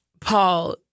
Paul